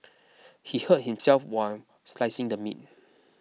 he hurt himself while slicing the meat